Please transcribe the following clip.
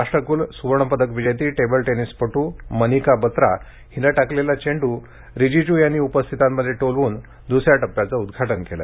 राष्ट्रकुल सुवर्ण पदक विजेती टेबल टेनिसपटू मनिका बत्रा हिने टाकलेला चेंडू रिजिजू यांनी उपस्थितांमध्ये टोलवून दुसऱ्या टप्प्याचे उद्घाटन केले